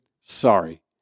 sorry